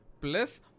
plus